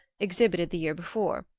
exhibited the year before.